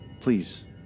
please